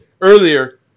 earlier